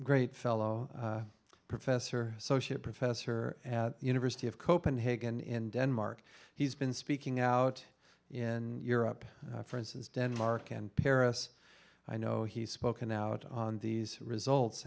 great fellow professor associate professor at university of copenhagen in denmark he's been speaking out in europe for instance denmark and paris i know he's spoken out on these results